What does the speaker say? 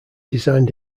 designed